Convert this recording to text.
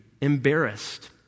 embarrassed